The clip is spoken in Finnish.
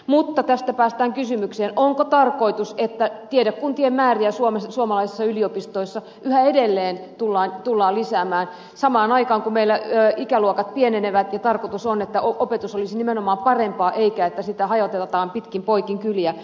mutta tästä päästään kysymykseen onko tarkoitus että tiedekuntien määriä suomalaisissa yliopistoissa yhä edelleen tullaan lisäämään samaan aikaan kun meillä ikäluokat pienenevät ja tarkoitus on että opetus olisi nimenomaan parempaa eikä sitä hajoteta pitkin poikin kyliä